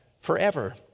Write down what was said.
forever